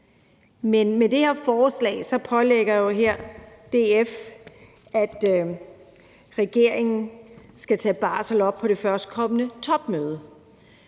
Men med det her forslag pålægger DF her regeringen, at de skal tage barsel op på det førstkommende topmøde.